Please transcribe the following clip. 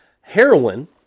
Heroin